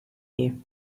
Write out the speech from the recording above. you